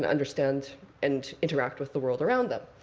and understand and interact with the world around them.